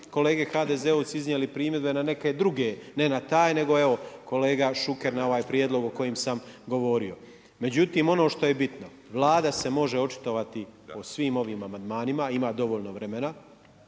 kolege HDZ-ovci iznijeli primjedbu na neke druge, ne na taj nego evo kolega Šuker na ovaj prijedlog o kojem sam govorio. Međutim, ono što je bitno, Vlada se može očitovati o svim ovim amandmanima, ima dovoljno vremena.